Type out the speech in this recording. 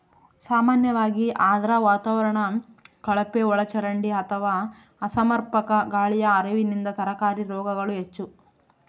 ಸಾಮಾನ್ಯವಾಗಿ ಆರ್ದ್ರ ವಾತಾವರಣ ಕಳಪೆಒಳಚರಂಡಿ ಅಥವಾ ಅಸಮರ್ಪಕ ಗಾಳಿಯ ಹರಿವಿನಿಂದ ತರಕಾರಿ ರೋಗಗಳು ಹೆಚ್ಚು